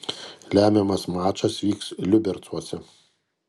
lemiamas mačas vyks liubercuose